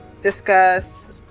discuss